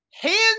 hands